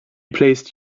placed